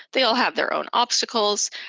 they all have their own obstacles.